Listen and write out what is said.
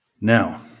Now